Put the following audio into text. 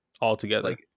Altogether